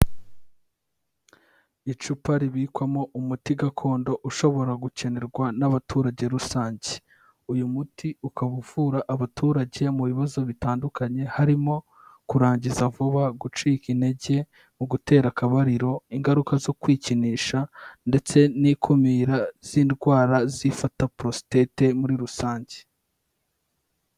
Icupa ribikwamo umuti gakondo ushobora gukenerwa n'abaturage rusange. Uyu muti ukaba uvura abaturage mu bibazo bitandukanye harimo kurangiza vuba, gucika intege mu gutera akabariro, ingaruka zo kwikinisha ndetse n'ikumira z'indwara zifata porositate muri rusange.